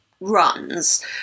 runs